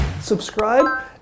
subscribe